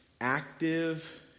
active